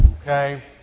okay